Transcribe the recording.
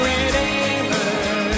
Redeemer